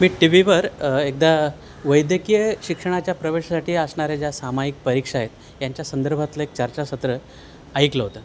मी टी वीवर एकदा वैद्यकीय शिक्षणाच्या प्रवेशासाठी असणाऱ्या ज्या सामायिक परीक्षा आहेत यांच्या संदर्भातलं एक चर्चासत्र ऐकलं होतं